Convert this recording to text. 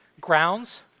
grounds